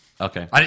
Okay